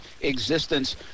existence